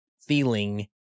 feeling